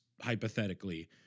hypothetically